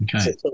okay